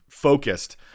Focused